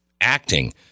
acting